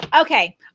Okay